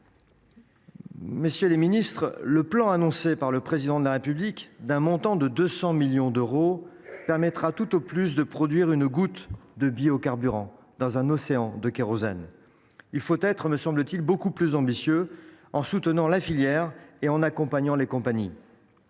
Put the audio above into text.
messieurs les ministres, le plan annoncé par le Président de la République, doté de 200 millions d’euros, permettra tout au plus de produire une goutte de biocarburant dans un océan de kérosène. Il convient d’être beaucoup plus ambitieux, en soutenant la filière et en accompagnant les compagnies